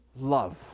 love